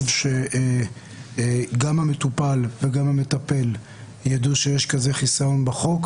שגם המטופל וגם המטפל ידעו שיש כזה חיסיון בחוק,